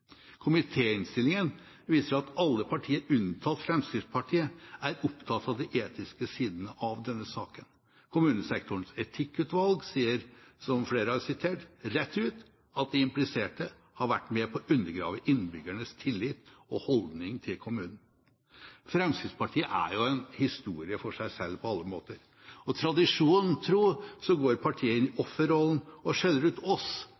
viser at alle partier, unntatt Fremskrittspartiet, er opptatt av de etiske sidene ved denne saken. Kommunesektorens etikkutvalg sier rett ut, som flere har sitert, at de impliserte har vært med på å undergrave innbyggernes tillitt og holdning til kommunen. Fremskrittspartiet er jo en historie for seg selv på alle måter. Så går partiet, tradisjonen tro, inn i offerrollen og skjeller ut oss